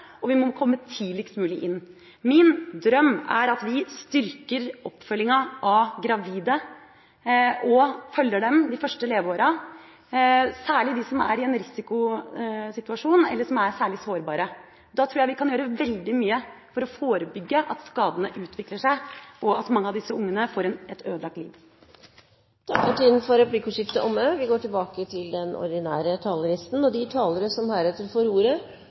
Men da må vi samarbeide, og vi må komme tidligst mulig inn. Min drøm er at vi styrker oppfølginga av gravide og følger dem de første leveåra – særlig de som er i en risikosituasjon, eller som er særlig sårbare. Da tror jeg vi kan gjøre veldig mye for å forebygge at skadene utvikler seg, og at mange av disse barna får et ødelagt liv. Replikkordskiftet er omme. De talere som heretter får ordet,